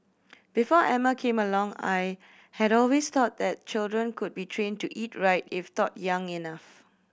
before Emma came along I had always thought that children could be trained to eat right if taught young enough